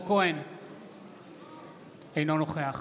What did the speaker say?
אינו נוכח